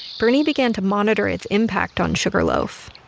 bernie began to monitor its impact on sugarloaf.